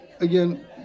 Again